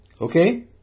okay